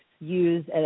Use